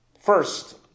First